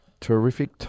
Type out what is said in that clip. terrific